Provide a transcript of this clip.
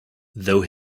though